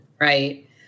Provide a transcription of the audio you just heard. right